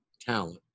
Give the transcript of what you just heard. talent